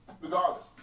regardless